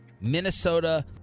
Minnesota